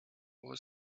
was